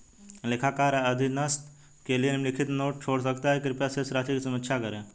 लेखाकार अधीनस्थ के लिए निम्नलिखित नोट छोड़ सकता है कृपया शेष राशि की समीक्षा करें